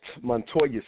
Montoya